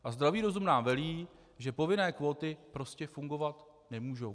A zdravý rozum nám velí, že povinné kvóty prostě fungovat nemůžou.